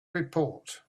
report